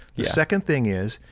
the second thing is,